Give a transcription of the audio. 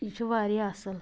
یہِ چھُ واریاہ اصٕل